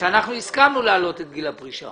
בגלל שאנחנו הסכמנו להעלות את גיל הפרישה